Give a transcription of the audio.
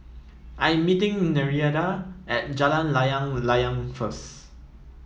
I am meeting Nereida at Jalan Layang Layang first